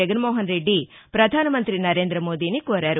జగన్నోహన్ రెడ్డి ప్రధానమంతి నరేంద్రమోదీని కోరారు